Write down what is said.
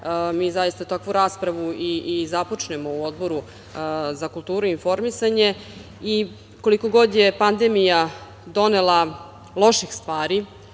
mi zaista takvu raspravu i započnemo u Odboru za kulturu i informisanje. Koliko god je pandemija donela loših stvari